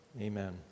amen